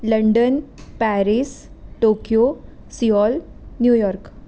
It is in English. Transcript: London Paris Tokyo Seoul New York